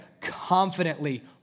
confidently